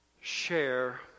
share